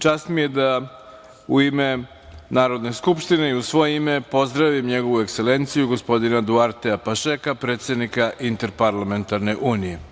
Čast mi je da, u ime Narodne skupštine i u svoje ime, pozdravim Njegovu Ekselenciju, gospodina Duartea Pašeka, predsednika Interparlamentarne unije.